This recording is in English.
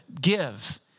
give